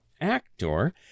actor